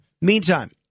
Meantime